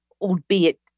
albeit